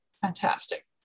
fantastic